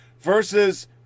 versus